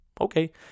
Okay